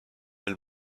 elle